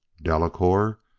delacoeur!